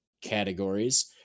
categories